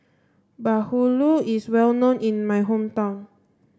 Bahulu is well known in my hometown